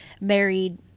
married